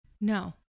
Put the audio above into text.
No